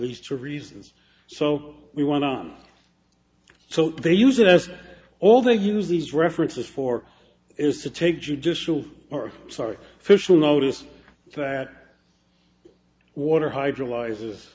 these two reasons so we went on so they use it as all they use these references for is to take judicial or sorry fish will notice that water hydro